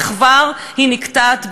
וכבר היא נקטעת באבה.